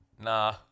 nah